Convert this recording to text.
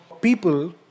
people